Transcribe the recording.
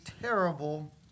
terrible